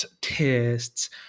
tests